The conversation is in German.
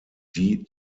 die